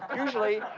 usually,